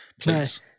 Please